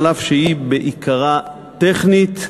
אף שהיא בעיקרה טכנית,